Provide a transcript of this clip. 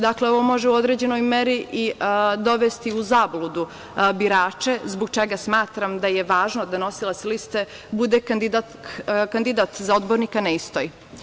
Dakle, ovo može u određenoj meri dovesti u zabludu birače, zbog čega smatram da je važno da nosilac liste bude kandidat za odbornika na istoj.